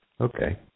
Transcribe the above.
Okay